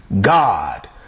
God